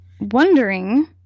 wondering